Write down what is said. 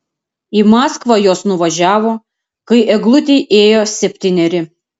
į maskvą jos nuvažiavo kai eglutei ėjo septyneri